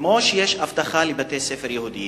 כמו שיש אבטחה בבתי-ספר יהודיים,